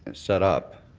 and set up,